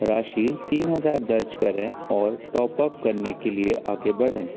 राशि तीन हज़ार दर्ज करें और टॉप अप करने के लिए आगे बढ़ें